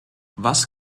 was